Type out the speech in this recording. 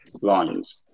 lines